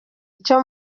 icyo